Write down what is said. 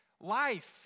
life